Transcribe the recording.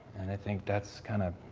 and i think that's kind of,